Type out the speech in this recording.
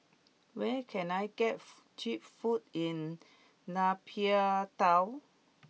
where can I get food cheap food in Nay Pyi Taw